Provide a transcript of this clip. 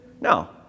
no